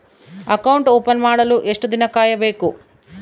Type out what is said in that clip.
Account open ಮಾಡಲು ಎಷ್ಟು ದಿನ ಕಾಯಬೇಕು?